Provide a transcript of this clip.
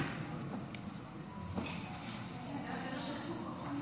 זה הסדר שכתוב פה בכל מקרה.